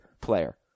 player